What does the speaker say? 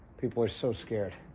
people are so scared.